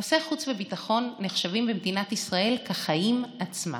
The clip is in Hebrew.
נושאי חוץ וביטחון נחשבים במדינת ישראל כחיים עצמם.